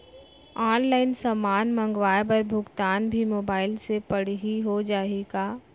Online समान मंगवाय बर भुगतान भी मोबाइल से पड़ही हो जाही का?